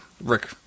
Rick